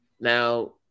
Now